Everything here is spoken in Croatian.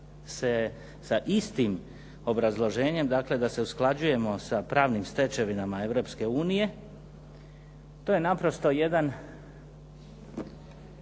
sa istim obrazloženjem da se usklađujemo sa pravnim stečevinama Europske unije. To je naprosto jedan